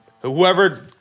Whoever